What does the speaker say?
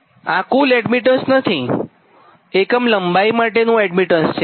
આ કુલ એડમીટન્સ નથીઆ એકમ લંબાઇ માટેનું એડમીટન્સ છે